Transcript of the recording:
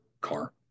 car